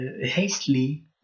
hastily